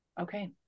Okay